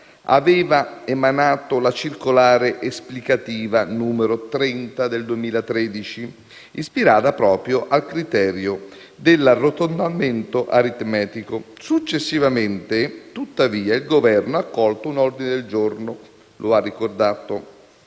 aveva emanato la circolare esplicativa n. 30 del 2013, ispirata proprio al criterio dell'arrotondamento aritmetico. Successivamente, tuttavia, il Governo, come ha ricordato